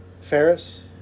Ferris